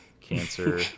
cancer